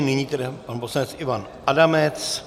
Nyní tedy pan poslanec Ivan Adamec.